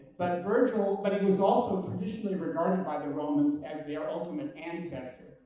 but virgil but it was also traditionally regarded by the romans as their ultimate ancestor.